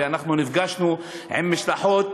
ואנחנו נפגשנו עם משלחות,